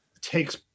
takes